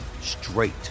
straight